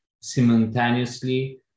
simultaneously